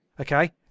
Okay